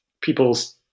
people's